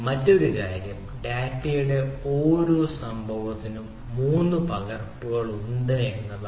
മറ്റൊരു കാര്യം ഡാറ്റയുടെ ഓരോ സംഭവത്തിനും മൂന്ന് പകർപ്പുകൾ ഉണ്ട് എന്നതാണ്